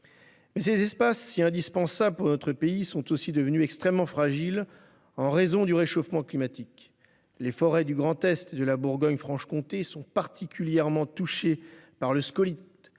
Mais ces espaces, si indispensables pour notre pays, ont été extrêmement fragilisés par le réchauffement climatique. Les forêts du Grand Est et de la Bourgogne-Franche-Comté sont particulièrement touchées par le scolyte,